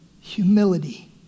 Humility